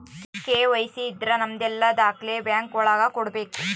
KYC ಇದ್ರ ನಮದೆಲ್ಲ ದಾಖ್ಲೆ ಬ್ಯಾಂಕ್ ಒಳಗ ಕೊಡ್ಬೇಕು